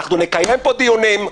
אנחנו נקיים פה דיונים.